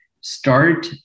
start